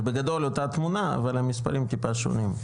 זה בגדול אותה תמונה אבל המספרים טיפה שונים.